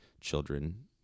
children